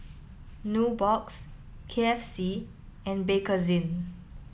Nubox K F C and Bakerzin